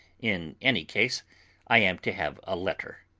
in any case i am to have a letter.